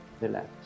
Relax